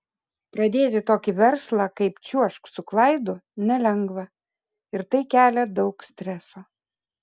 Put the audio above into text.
pradėti tokį verslą kaip čiuožk su klaidu nelengva ir tai kelia daug streso